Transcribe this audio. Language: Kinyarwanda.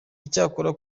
icyakora